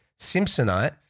Simpsonite